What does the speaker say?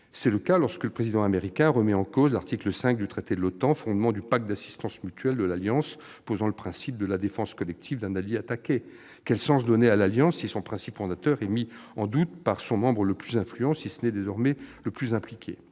surtout lorsque le Président américain remet en cause l'article 5 du traité de l'OTAN, fondement du pacte d'assistance mutuelle de l'Alliance, posant le principe de la défense collective d'un allié attaqué. Quel sens donner à l'Alliance si son principe fondateur est mis en doute par son membre le plus influent, sinon, désormais, le plus impliqué ?